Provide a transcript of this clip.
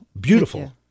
beautiful